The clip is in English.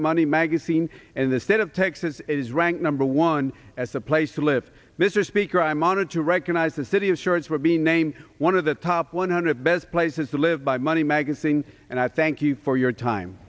money magazine in the state of texas is ranked number one as a place to live mr speaker i'm honored to recognize the city of shorts would be named one of the top one hundred best places to live by money magazine and i thank you for your time